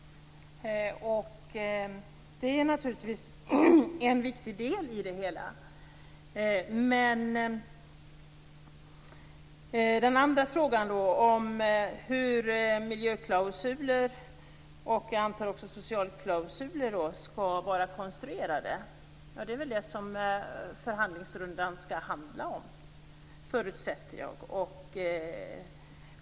Det är naturligtvis en viktig del i det hela. Den andra frågan om hur miljöklausuler och, antar jag, också socialklausuler skall vara konstruerade är väl det som förhandlingsrundan skall handla om, förutsätter jag.